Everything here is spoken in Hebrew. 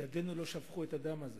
ידינו לא שפכו את הדם הזה